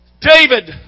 David